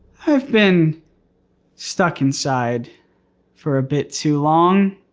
i've been stuck inside for a bit too long